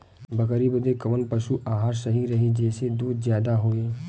बकरी बदे कवन पशु आहार सही रही जेसे दूध ज्यादा होवे?